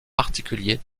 particulier